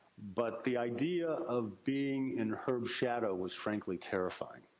but, the idea of being in herb's shadow was frankly terrifying.